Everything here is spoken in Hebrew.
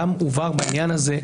וגם הובהר בעניין הזה,